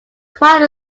quite